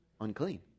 unclean